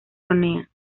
hornea